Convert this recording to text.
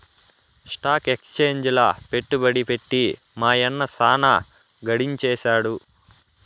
stock ఎక్సేంజిల పెట్టుబడి పెట్టి మా యన్న సాన గడించేసాడు